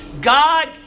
God